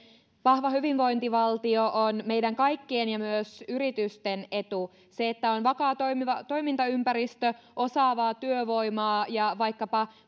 vahva hyvinvointivaltio on meidän kaikkien ja myös yritysten etu se että on vakaa toimintaympäristö osaavaa työvoimaa ja vaikkapa